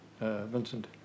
Vincent